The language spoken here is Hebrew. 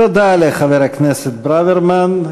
תודה לחבר הכנסת ברוורמן,